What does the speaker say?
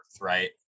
right